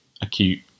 acute